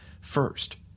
first